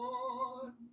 Lord